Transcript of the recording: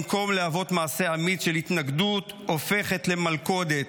במקום להוות מעשה אמיץ של התנגדות הופכת למלכודת.